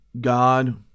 God